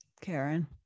Karen